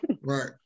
Right